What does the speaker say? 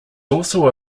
also